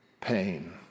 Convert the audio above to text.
pain